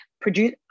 produce